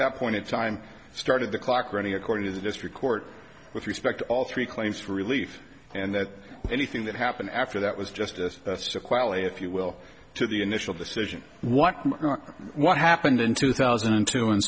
point in time started the clock running according to the district court with respect to all three claims for relief and that anything that happened after that was just this sort of quality if you will to the initial decision what what happened in two thousand and two in